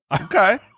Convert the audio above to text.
Okay